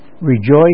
Rejoice